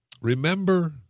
Remember